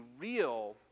real